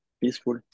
peaceful